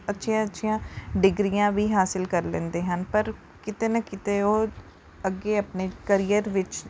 ਅੱਛੀਆਂ ਅੱਛੀਆਂ ਡਿਗਰੀਆਂ ਵੀ ਹਾਸਿਲ ਕਰ ਲੈਂਦੇ ਹਨ ਪਰ ਕਿਤੇ ਨਾ ਕਿਤੇ ਉਹ ਅੱਗੇ ਆਪਣੇ ਕਰੀਅਰ ਵਿੱਚ